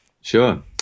sure